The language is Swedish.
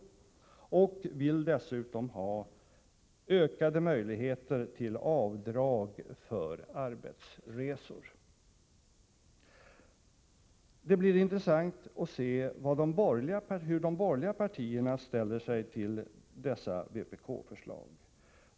och vill dessutom ha ökade möjligheter till avdrag för arbetsresor. Det blir intressant att se hur de borgerliga partierna ställer sig till dessa vpk-förslag.